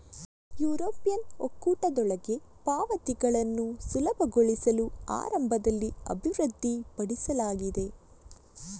European ಒಕ್ಕೂಟದೊಳಗೆ ಪಾವತಿಗಳನ್ನು ಸುಲಭಗೊಳಿಸಲು ಆರಂಭದಲ್ಲಿ ಅಭಿವೃದ್ಧಿಪಡಿಸಲಾಗಿದೆ